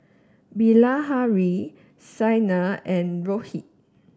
Bilahari Saina and Rohit